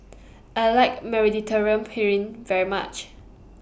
I like very much